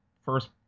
first